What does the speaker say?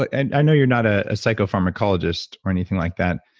and i know you're not a psychopharmacologist or anything like that,